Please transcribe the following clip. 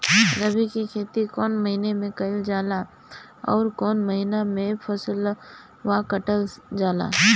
रबी की खेती कौने महिने में कइल जाला अउर कौन् महीना में फसलवा कटल जाला?